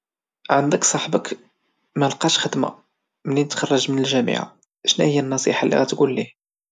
عندك صاحبك ملقاش خدمة، بعد ما تخرج من الجامعة، شناهيا النصيحة اللي غادي تقول ليه؟